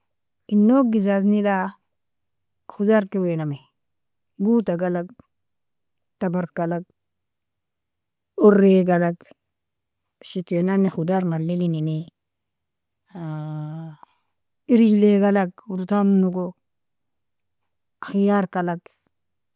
In no'gh gizaznila, khudarka eoena'meh, guta'galag, taberr'kalag, orre'galag, shiten nane khudar mallelin innei, irijle'galag urutanonogo, khiark'alag.